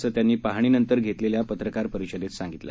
असं त्यांनी पाहणीनंतर घेतलेल्या पत्रकार परिषदेत सांगतलं